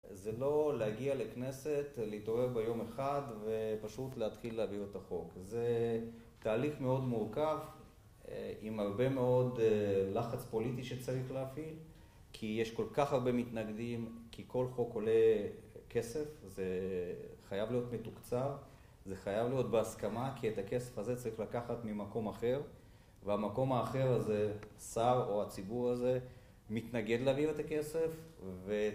זה לא להגיע לכנסת, להתעורר ביום אחד, ופשוט להתחיל להעביר את החוק. זה תהליך מאוד מורכב, עם הרבה מאוד לחץ פוליטי שצריך להפעיל, כי יש כל כך הרבה מתנגדים, כי כל חוק עולה כסף, זה חייב להיות מתוקצב, זה חייב להיות בהסכמה, כי את הכסף הזה צריך לקחת ממקום אחר, והמקום האחר הזה, שר או הציבור הזה, מתנגד להעביר את הכסף, ו...